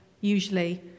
usually